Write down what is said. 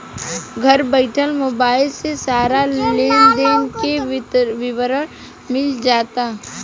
घर बइठल मोबाइल से सारा लेन देन के विवरण मिल जाता